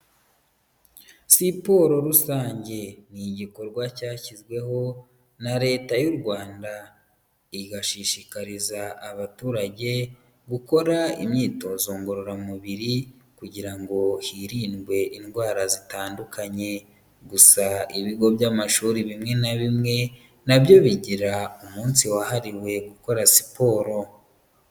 Siporo rusange ni igikorwa cyashyizweho na Leta y' u Rwanda igashishikariza abaturage gukora imyitozo ngororamubiri kugira ngo hirindwe indwara zitandukanye, gusa ibigo by'amashuri bimwe na bimwe na byo bigira umunsi wahariwe gukora siporo.